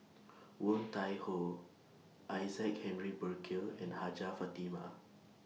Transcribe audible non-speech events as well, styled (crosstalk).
Woon (noise) Tai Ho Isaac Henry Burkill and Hajjah Fatimah